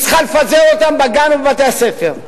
היא צריכה לפזר אותם בגן ובבתי-הספר.